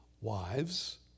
wives